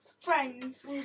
friends